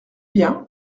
bien